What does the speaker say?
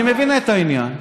אני מבין את העניין.